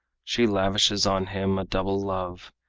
she lavishes on him a double love.